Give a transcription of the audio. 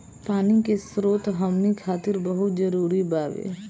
पानी के स्रोत हमनी खातीर बहुत जरूरी बावे